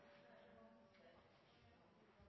Halleland